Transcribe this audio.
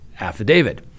affidavit